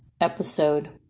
episode